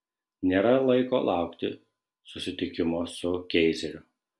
nėra laiko laukti susitikimo su keizeriu